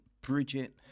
Bridget